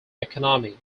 economy